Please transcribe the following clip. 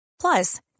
Plus